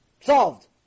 Solved